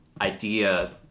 idea